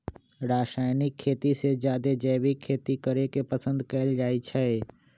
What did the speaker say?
रासायनिक खेती से जादे जैविक खेती करे के पसंद कएल जाई छई